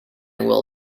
will